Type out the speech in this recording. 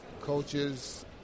Coaches